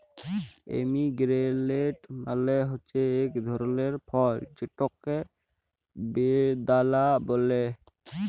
pomegranate মালে হছে ইক ধরলের ফল যেটকে বেদালা ব্যলে